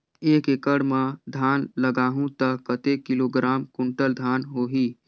एक एकड़ मां धान लगाहु ता कतेक किलोग्राम कुंटल धान होही?